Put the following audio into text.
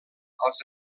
als